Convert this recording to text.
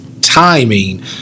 timing